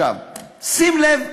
שים לב,